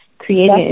Creating